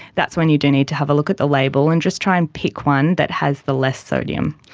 that's when you do need to have a look at the label and just try and pick one that has the less sodium.